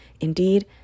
Indeed